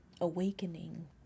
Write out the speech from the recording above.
awakening